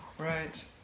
Right